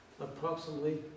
approximately